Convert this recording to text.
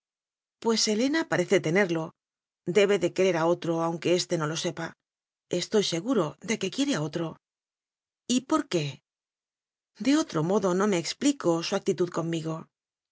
pues helena parece tenerlo debe de querer a otro aunque éste no lo sepa estoy seguro de que quiere a otro y por qué de otro modo no me explico su actitud conmigo